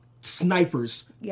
Snipers